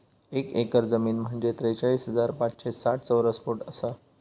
एक एकर जमीन म्हंजे त्रेचाळीस हजार पाचशे साठ चौरस फूट आसा